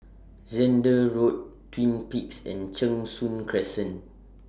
Zehnder Road Twin Peaks and Cheng Soon Crescent